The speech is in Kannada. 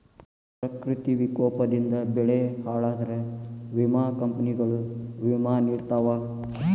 ಪ್ರಕೃತಿ ವಿಕೋಪದಿಂದ ಬೆಳೆ ಹಾಳಾದ್ರ ವಿಮಾ ಕಂಪ್ನಿಗಳು ವಿಮಾ ನಿಡತಾವ